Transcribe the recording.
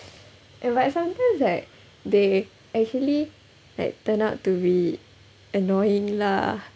eh but sometimes right they actually like turn out to be annoying lah